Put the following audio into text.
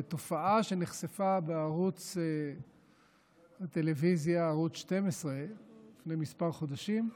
בתופעה שנחשפה בערוץ טלוויזיה ערוץ 12 לפני כמה חודשים,